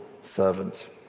servant